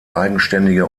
eigenständige